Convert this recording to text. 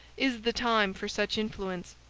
is the time for such influence.